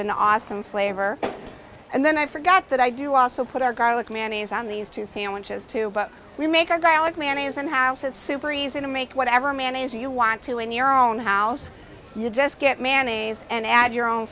an awesome flavor and then i forgot that i do also put our garlic manny's on these two sandwiches too but we make our garlic manny's and houses super easy to make whatever manages you want to in your own house you just get manny's and add your own